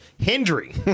Hendry